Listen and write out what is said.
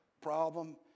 problem